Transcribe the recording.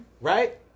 Right